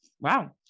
Wow